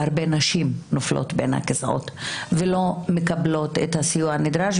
והרבה נשים נופלות בין הכיסאות ולא מקבלות את הסיוע הנדרש,